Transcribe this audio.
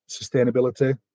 sustainability